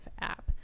app